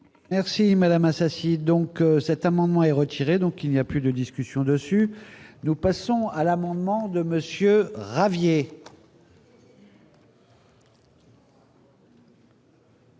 Merci Madame Assassi donc cet amendement est retirée, donc il n'y a plus de discussions dessus, nous passons à l'amendement de Monsieur Ravier.